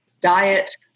diet